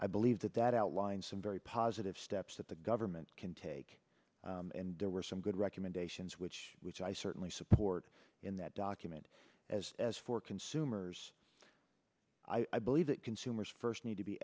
i believe that that outlined some very positive steps that the government can take and there were some good recommendations which which i certainly support in that document as as for consumers i believe that consumers first need to be